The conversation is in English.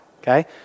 okay